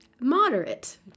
moderate